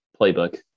playbook